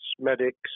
medics